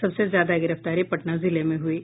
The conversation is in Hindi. सबसे ज्यादा गिरफ्तारी पटना जिले में हुई है